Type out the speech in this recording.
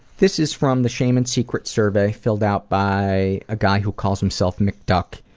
this is from the shame and secrets survey, filled out by a guy who calls himself mcduck.